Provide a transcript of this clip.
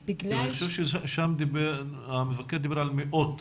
שם המבקר דיבר על מאות.